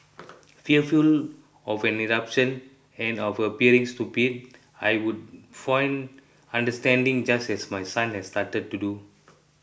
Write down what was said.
fearful of an eruption and of appearing stupid I would feign understanding just as my son has started to do